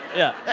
yeah. yeah